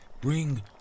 Bring